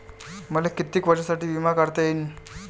मले कितीक वर्षासाठी बिमा काढता येईन?